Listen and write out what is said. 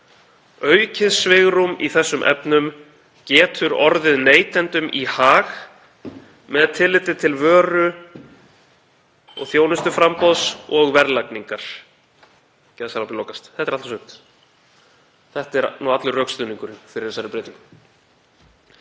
Þetta er nú allur rökstuðningurinn fyrir þessari breytingu.